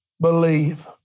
believe